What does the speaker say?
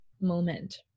moment